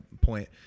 point